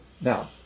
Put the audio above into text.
Now